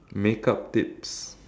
makeup tips